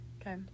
Okay